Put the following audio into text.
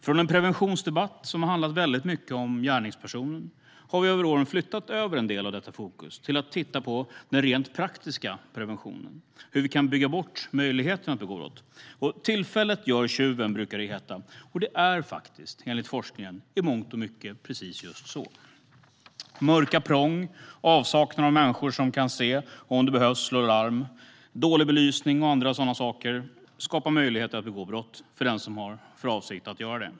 Från en preventionsdebatt som har handlat väldigt mycket om gärningspersonen har vi över åren flyttat över en del av detta fokus till att titta på den rent praktiska preventionen, alltså hur vi kan bygga bort möjligheten att begå brott. Tillfället gör tjuven, brukar det heta, och enligt forskningen är det faktiskt i mångt och mycket precis just så. Mörka prång, avsaknad av människor som kan se och, om det behövs, slå larm, dålig belysning och andra sådana saker skapar möjligheter att begå brott för den som har för avsikt att göra det.